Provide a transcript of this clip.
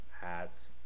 Hats